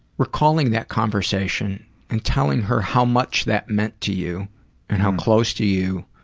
recalling that conversation and telling her how much that meant to you? and how close to you